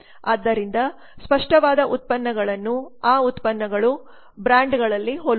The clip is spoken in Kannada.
ಆದ್ದರಿಂದ ಸ್ಪಷ್ಟವಾದ ಉತ್ಪನ್ನಗಳನ್ನು ಆ ಉತ್ಪನ್ನಗಳು ಬ್ರಾಂಡ್ಗಳಲ್ಲಿ ಹೋಲುತ್ತವೆ